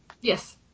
Yes